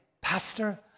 Pastor